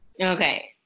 Okay